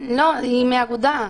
לא, היא מהאגודה.